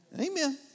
Amen